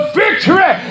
victory